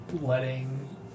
letting